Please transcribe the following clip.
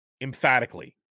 emphatically